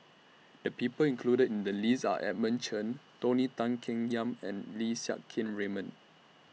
The People included in The list Are Edmund Chen Tony Tan Keng Yam and Lim Siang Keat Raymond